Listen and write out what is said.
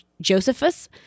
Josephus